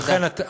לכן,